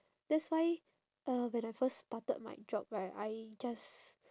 that's why uh when I first started my job right I just